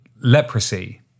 Leprosy